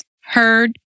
heard